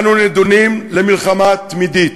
אנו נידונים למלחמה תמידית.